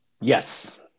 yes